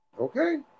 Okay